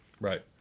Right